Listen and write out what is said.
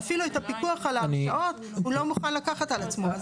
אפילו את הפיקוח על ההרשאות הוא לא מוכן לקחת על עצמו.